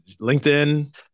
LinkedIn